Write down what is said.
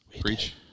Preach